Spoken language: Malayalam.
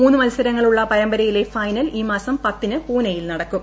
മൂന്ന് മത്സരങ്ങളുള്ള പരമ്പരയിലെ ഫൈനൽ ഈ മാസം പത്തിന് പൂനെയിൽ നടക്കും